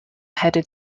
headed